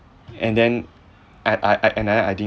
and then and I I I in the end I didn't